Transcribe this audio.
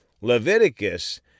Leviticus